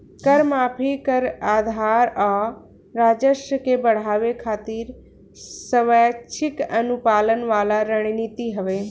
कर माफी, कर आधार आ राजस्व के बढ़ावे खातिर स्वैक्षिक अनुपालन वाला रणनीति हवे